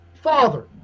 father